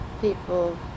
people